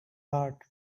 heart